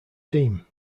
team